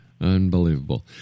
Unbelievable